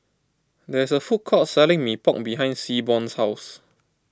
there is a food court selling Mee Pok behind Seaborn's house